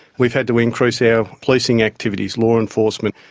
we've had to increase our policing activities, law enforcement.